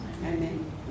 Amen